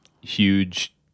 huge